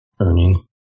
earning